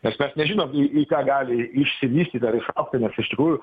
nes mes nežinom į į ką gali išsivystyt ar išaugti nes iš tikrųjų